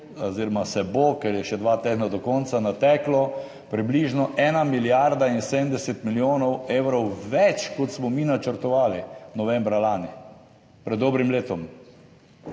oziroma bo, ker je še dva tedna do konca, natekla približno 1 milijarda in 70 milijonov evrov več, kot smo mi načrtovali novembra lani, pred dobrim letom.